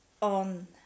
on